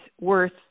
worth